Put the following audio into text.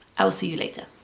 i'll see you later.